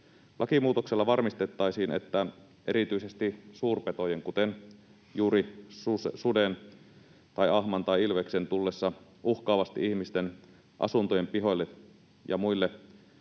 Lakimuutoksella varmistettaisiin, että erityisesti suurpetojen, kuten juuri suden tai ahman tai ilveksen, tullessa uhkaavasti ihmisten asuntojen pihoille ja muualle